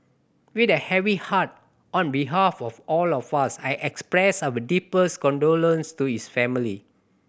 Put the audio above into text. with a heavy heart on behalf of all of us I expressed our deepest condolences to his family